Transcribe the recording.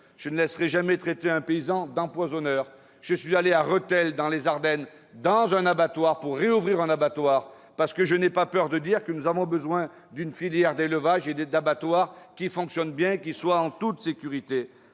Je ne laisserai jamais traiter un paysan d'empoisonneur ! Je me suis rendu à Rethel, dans les Ardennes, pour rouvrir un abattoir. Je n'ai pas peur de dire que nous avons besoin d'une filière d'élevage et d'abattoirs qui fonctionnent bien, en toute sécurité.